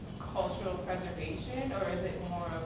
cultural preservation, or is it more